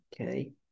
Okay